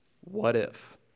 what-if